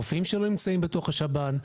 רופאים שלא נמצאים בתוך השב"ן.